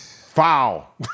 Foul